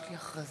בינתיים,